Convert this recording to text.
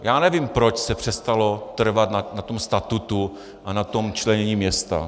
Já nevím, proč se přestalo trvat na statutu a na členění města.